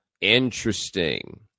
interesting